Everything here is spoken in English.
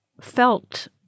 felt